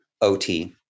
OT